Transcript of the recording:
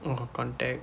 !wow! contact